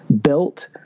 built